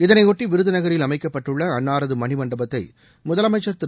இதனைபொட்டி விருதுநகரில் அமைக்கப்பட்டுள்ள அன்னாரது மணிமண்டபத்தை முதலமைச்சர் திரு